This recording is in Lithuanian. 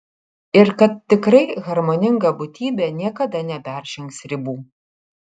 ir kad tikrai harmoninga būtybė niekada neperžengs ribų